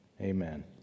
Amen